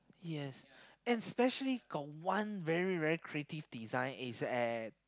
yes especially got one very very creative design is at